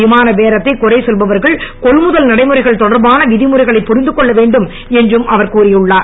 விமான பேரத்தை குறை சொல்பவர்கள் கொள்முதல் நடைமுறைகள் தொடர்பான விதிமுறைகளை புரிந்துகொள்ள வேண்டும் என்றும் அவர் கூறியுள்ளார்